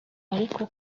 ariko